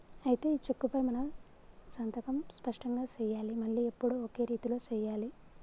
అయితే ఈ చెక్కుపై మనం సంతకం స్పష్టంగా సెయ్యాలి మళ్లీ ఎప్పుడు ఒకే రీతిలో సెయ్యాలి